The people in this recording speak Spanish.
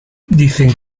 dicen